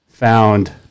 found